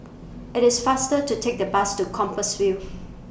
IT IS faster to Take The Bus to Compassvale